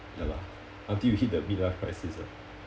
ya lah until you hit the mid-life crisis ah